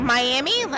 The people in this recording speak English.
Miami